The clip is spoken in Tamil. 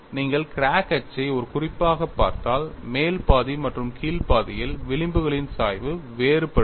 நீங்கள் கிராக் அச்சை ஒரு குறிப்பாகப் பார்த்தால் மேல் பாதி மற்றும் கீழ் பாதியில் விளிம்புகளின் சாய்வு வேறுபட்டது